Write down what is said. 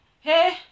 Hey